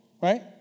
Right